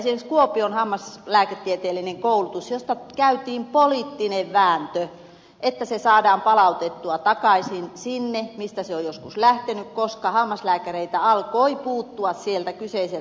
esimerkiksi kuopion hammaslääketieteellisestä koulutuksesta käytiin poliittinen vääntö että se saadaan palautettua takaisin sinne mistä se on joskus lähtenyt koska hammaslääkäreitä alkoi puuttua sieltä kyseiseltä alueelta